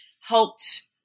helped